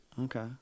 Okay